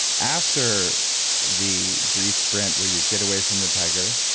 after the brief sprint where you get away from the tiger,